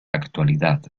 actualidad